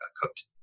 cooked